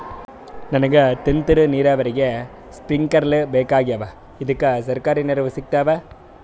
ನನಗ ತುಂತೂರು ನೀರಾವರಿಗೆ ಸ್ಪಿಂಕ್ಲರ ಬೇಕಾಗ್ಯಾವ ಇದುಕ ಸರ್ಕಾರಿ ನೆರವು ಸಿಗತ್ತಾವ?